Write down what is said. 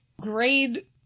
grade